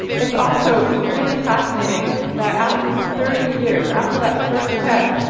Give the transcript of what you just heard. it's also really fascinating that after thirty years, after that first ted,